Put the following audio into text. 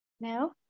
No